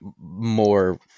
More